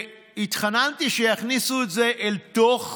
והתחננתי שיכניסו את זה אל תוך